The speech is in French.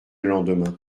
lendemain